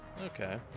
Okay